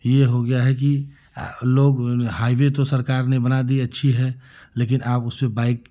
यह हो गया है की लोग हाइवे तो सरकार ने बना दी अच्छी है लेकिन आब उसे बाइक